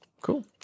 Cool